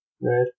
red